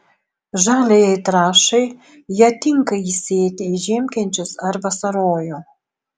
žaliajai trąšai ją tinka įsėti į žiemkenčius ar vasarojų